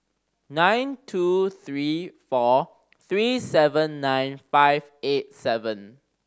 nine two three four three seven nine five eight seven